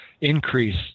increase